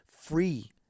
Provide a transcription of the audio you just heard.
free